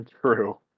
True